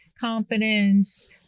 confidence